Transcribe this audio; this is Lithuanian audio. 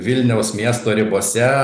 vilniaus miesto ribose